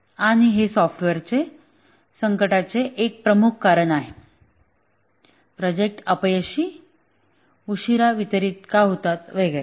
आणि हे सॉफ्टवेअर संकटाचे एक प्रमुख कारण आहे प्रोजेक्ट अपयशी उशीरा वितरित का होतात वगैरे